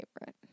favorite